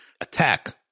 attack